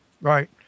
Right